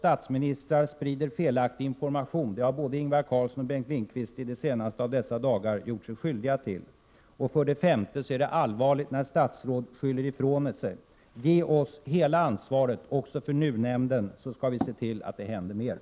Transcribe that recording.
statsministern, sprider felaktig information. Både Ingvar Carlsson och Bengt Lindqvist har i de senaste av dessa dagar gjort sig skyldiga till detta. För det femte är det allvarligt när statsråd skyller ifrån sig. Ge oss hela ansvaret också för NUU-nämnden, så skall vi se till att det händer mera.